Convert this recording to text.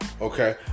Okay